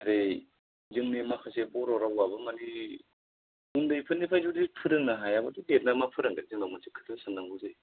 ओरै जोंनि माखासे बर' रावाबो मानि उन्दैफोरनिफ्राइ जुदि फोरोंनो हायाबाथ' देरनानै मा फोरोंगोन जोंनाव मोनसे खोथा साननांगौ जायो